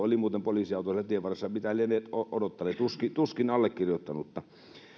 oli poliisiauto mitä lienee odotellut tuskin allekirjoittanutta